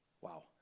Wow